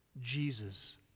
Jesus